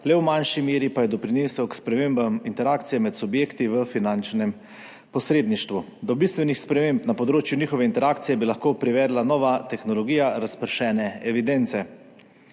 le v manjši meri pa je doprinesel k spremembam interakcije med subjekti v finančnem posredništvu. Do bistvenih sprememb na področju njihove interakcije bi lahko privedla nova tehnologija razpršene evidence.